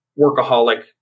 workaholic